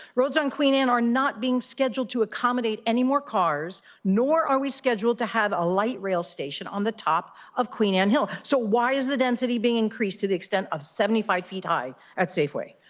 roads on queen and are not being scheduled to accommodate any more cars, nor are we scheduled to have a light rail station on the top of queen ann hill. so, why is that entity being increased to the extent of seventy five feet high at safeway?